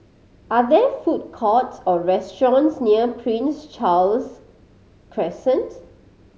are there food courts or restaurants near Prince Charles Crescent